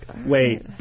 wait